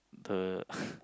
the